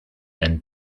and